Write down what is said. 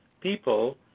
people